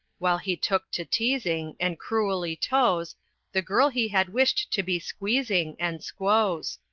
while he took to teasing, and cruelly tose the girl he had wished to be squeezing and squoze.